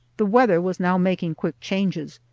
the weather was now making quick changes,